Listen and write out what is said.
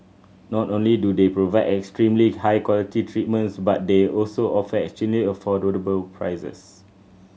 not only do they provide extremely high quality treatments but they also offer extremely prices